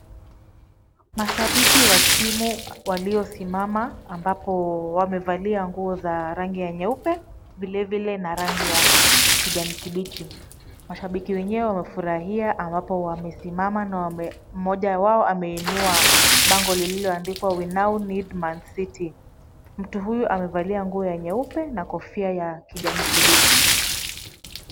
Mashabiki wa timu walio simama ambapo wamevalia nguo za rangi ya nyeupe, vilevile na rangi ya kijani kibichi. Mashabiki wenyewe wamefurahia ambapo wame simama na wamemoja ya wao amenunua bango lililoandikwa We now need Man City . Mtu huyu amevalia nguo ya nyeupe na kofia ya kijani kibichi.